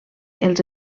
els